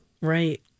right